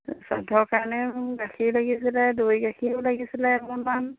শ্ৰাদ্ধ কাৰণেও গাখীৰ লাগিছিলে দৈ গাখীৰো লাগিছিলে এমোনমান